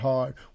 Hard